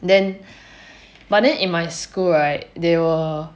then but then in my school right they will